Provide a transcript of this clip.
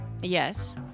Yes